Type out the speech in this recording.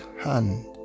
hand